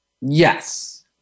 Yes